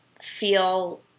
feel